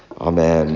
Amen